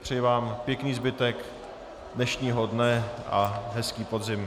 Přeji vám pěkný zbytek dnešního dne a hezký podzim.